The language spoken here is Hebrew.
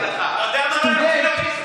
אתה יודע מה לא יפריע לי,